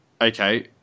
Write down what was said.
Okay